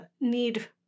need